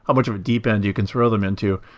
ah much of a deep end you can throw them into.